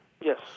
Yes